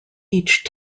each